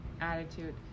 attitude